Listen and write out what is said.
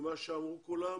ממה שאמרו כולם?